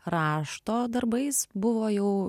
rašto darbais buvo jau